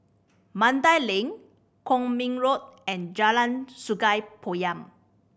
Mandai Link Kwong Min Road and Jalan Sungei Poyan